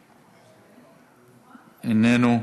איננו,